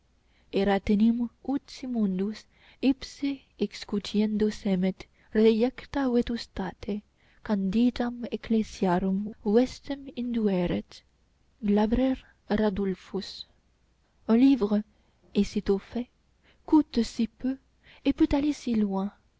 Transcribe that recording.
ecclesiarum vestem indueret glaber radulphus un livre est si tôt fait coûte si peu et peut aller si loin